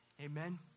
Amen